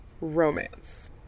romance